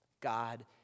God